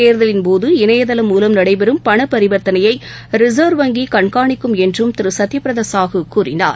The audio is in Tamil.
தேர்தலின் போது இணையதளம் மூலம் நடைபெறும் பணப் பரிவர்த்தனையைரிசர்வ் வங்கிகண்காணிக்கும் என்றும் திருசத்யபிரதாசாஹூ கூறினார்